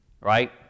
right